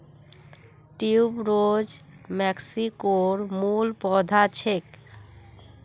tuberose मेक्सिकोर मूल पौधा छेक